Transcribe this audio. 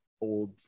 old